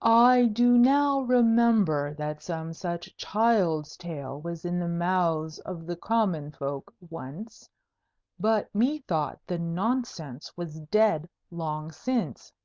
i do now remember that some such child's tale was in the mouths of the common folk once but methought the nonsense was dead long since.